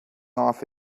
off